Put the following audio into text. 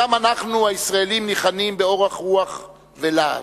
גם אנחנו, הישראלים, ניחנים באורך רוח ולהט.